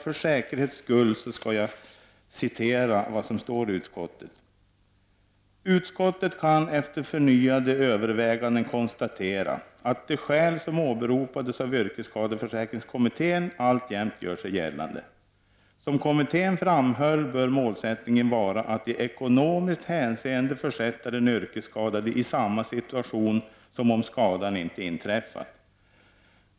För säkerhets skull skall jag citera vad som står i utskottsbetänkandet: ”Utskottet kan efter förnyade överväganden konstatera att de skäl som åberopades av yrkesskadeförsäkringskommittén alltjämt gör sig gällande. Som kommittén framhöll bör målsättningen vara att i ekonomiskt hänseende försätta den yrkesskadade i samma situation som om skadan inte inträffat.